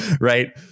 right